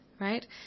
right